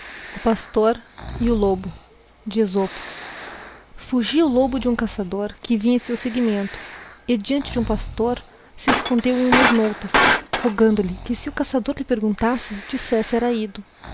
o pastor e o lobo f ugi a o lobo de hum caçador que vinha em seu seguimento e diahr te de hum pastor se escondeo em hu mas moutas rogando ihe que se o caçador lhe perguntasse dissesse era ido